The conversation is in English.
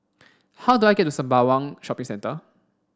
how do I get to Sembawang Shopping Centre